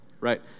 right